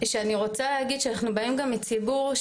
אני רוצה להגיד שאנחנו באים גם מציבור,